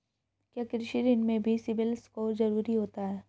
क्या कृषि ऋण में भी सिबिल स्कोर जरूरी होता है?